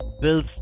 builds